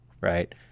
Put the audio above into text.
right